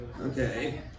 Okay